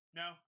no